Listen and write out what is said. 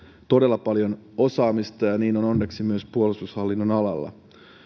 todella paljon osaamista ja niin on onneksi myös puolustushallinnon alalla